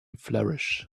flourish